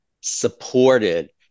supported